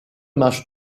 matches